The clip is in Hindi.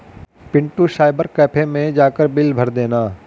पिंटू साइबर कैफे मैं जाकर बिल भर देना